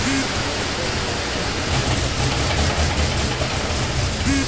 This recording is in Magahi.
बैंककोत सार्वजनीक संपत्ति लूटना गंभीर अपराध छे